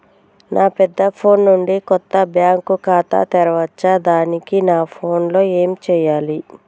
నా పెద్ద ఫోన్ నుండి కొత్త బ్యాంక్ ఖాతా తెరవచ్చా? దానికి నా ఫోన్ లో ఏం చేయాలి?